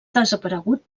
desaparegut